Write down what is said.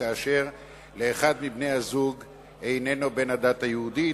כאשר אחד מבני-הזוג איננו מבני הדת היהודית,